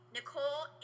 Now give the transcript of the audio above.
Nicole